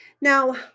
Now